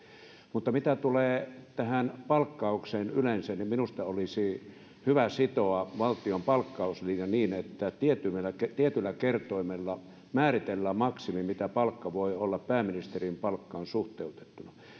mutta mitä tulee tähän palkkaukseen yleensä niin minusta olisi hyvä sitoa valtion palkkauslinja niin että tietyllä kertoimella määritellään se maksimi mitä palkka voi olla pääministerin palkkaan suhteutettuna minun